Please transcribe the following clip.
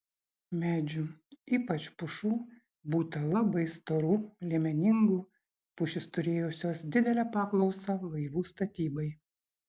medžių ypač pušų būta labai storų liemeningų pušys turėjusios didelę paklausą laivų statybai